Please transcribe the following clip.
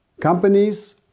companies